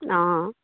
অঁ